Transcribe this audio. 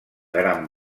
gran